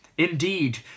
Indeed